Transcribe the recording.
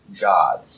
God